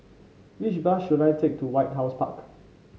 which bus should I take to White House Park